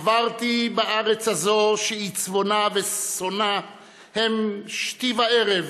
עברתי בארץ הזו, שעיצבונה וששונה הם שתי וערב